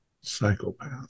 Psychopath